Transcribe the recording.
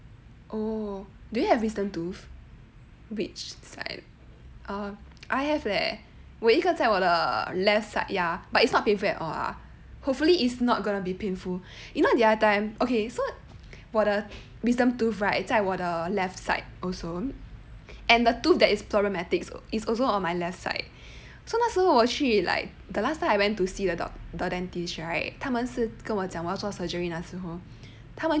oh do you have wisdom tooth which side um I have leh 我有一个在我的 left side ya but it's not painful at all ah hopefully it's not gonna be painful you know the other time so okay 我的 wisdom tooth right 在我的 left side also and the tooth that is problematic is also on my left side so 那时候我去 like the last time I went to see the doctor the dentist right 他们是跟我讲我要做 surgery 那时候他们